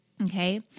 Okay